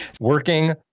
working